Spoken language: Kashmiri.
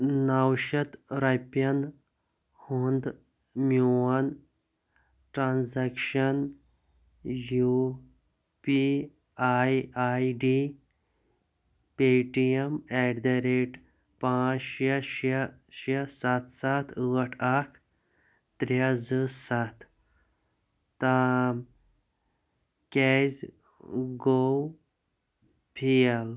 نو شَتھ رۄپِیَن ہُنٛد میون transaction U P I I D Paytm at the rate پانٛژھ شےٚ شےٚ شےٚ سَتھ سَتھ ٲٹھ اکھ ترٛےٚ زٕ سَتھ تام کیٛازِ گوٚو فیل